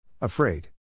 Afraid